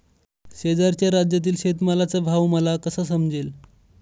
शेजारच्या राज्यातील शेतमालाचा भाव मला कसा समजेल?